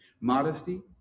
Modesty